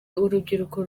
urubyiruko